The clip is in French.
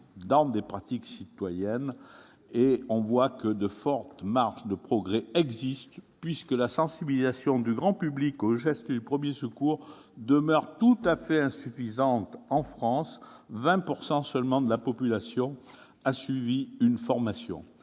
dans les pratiques citoyennes. De ce point de vue, de fortes marges de progrès existent. La sensibilisation du grand public aux gestes de premiers secours demeure tout à fait insuffisante en France, 20 % seulement de la population ayant suivi une formation.